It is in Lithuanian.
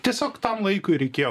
tiesiog tam laikui reikėjo